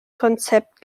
konzept